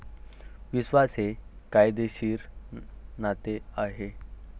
विश्वास हे कायदेशीर नाते आहे